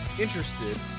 interested